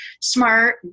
smart